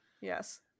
Yes